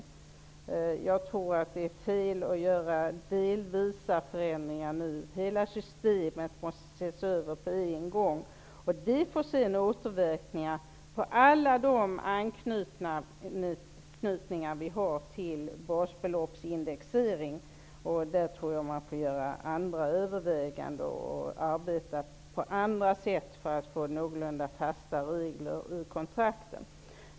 Vidare tror jag att det är fel att göra delvisa förändringar nu. Hela systemet måste ses över på en gång. Det får sedan återverkningar på alla anknytningarna till basbeloppsindexeringen. Där tror jag att det behövs andra överväganden och andra arbetssätt för att få någorlunda fasta regler när det gäller kontrakten.